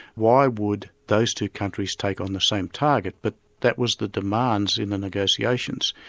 why would those two countries take on the same target? but that was the demands in the negotiations.